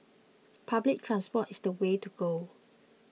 public transport is the way to go